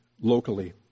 locally